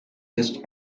just